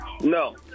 No